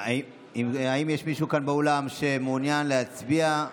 האם יש מישהו כאן באולם שמעוניין להצביע?